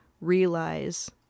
realize